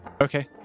Okay